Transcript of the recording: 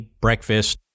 breakfast